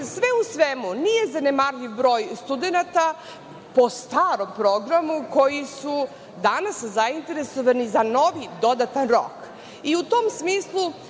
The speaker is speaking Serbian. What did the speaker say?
u svemu, nije zanemarljiv broj studenata po starom programu koji su danas zainteresovani za novi dodatan rok. U tom smislu,